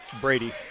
Brady